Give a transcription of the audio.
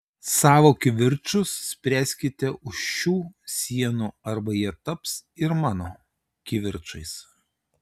savo kivirčus spręskite už šių sienų arba jie taps ir mano kivirčais